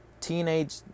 teenage